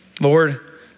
Lord